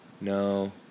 No